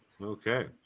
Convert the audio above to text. Okay